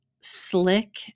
slick